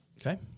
Okay